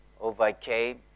overcame